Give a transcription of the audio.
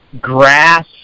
grass